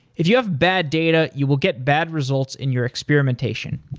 if you have bad data, you will get bad results in your experimentation.